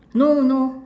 no no